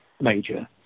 major